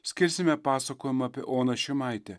skirsime pasakojomą apie oną šimaitę